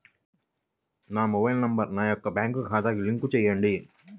నా mobile number నా యొక్క బ్యాంక్ ఖాతాకి లింక్ చేయండీ?